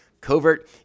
covert